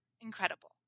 incredible